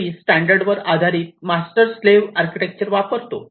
3 standard वर आधारित master slave architecture वापरतो